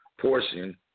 portion